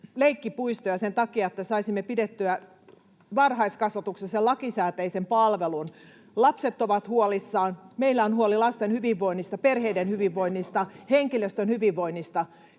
leikkipuistoja sen takia, että saisimme pidettyä varhaiskasvatuksessa lakisääteisen palvelun. Lapset ovat huolissaan, ja meillä on huoli lasten hyvinvoinnista, perheiden hyvinvoinnista, henkilöstön hyvinvoinnista.